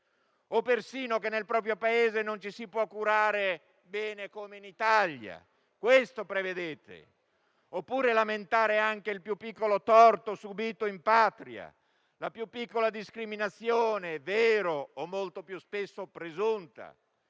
o persino che nel proprio Paese non ci si può curare bene come in Italia. Questo prevedete. Oppure basterà lamentare anche il più piccolo torto subito in Patria, la più piccola discriminazione (vera o molto più spesso presunta)